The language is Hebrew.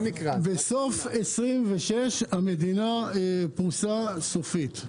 ובסוף 26' המדינה פרוסה סופית.